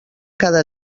cada